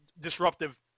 disruptive